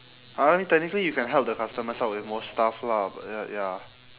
I I mean technically you can help the customers out with more stuff lah but ya ya